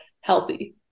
healthy